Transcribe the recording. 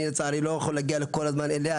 אני לצערי לא יכול להגיע כל הזמן אליה,